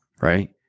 right